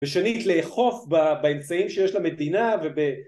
ושנית לאכוף באמצעים שיש למדינה